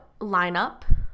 lineup